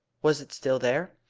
was it still there?